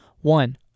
One